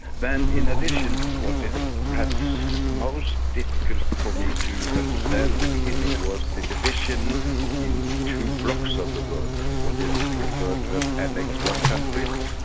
then in addition, what is perhaps most difficult for me to understand in the beginning was the division in two blocs of the world, what is referred to as annex one countries,